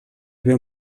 havia